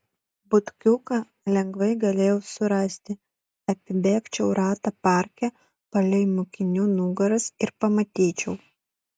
butkiuką lengvai galėjau surasti apibėgčiau ratą parke palei mokinių nugaras ir pamatyčiau